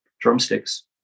drumsticks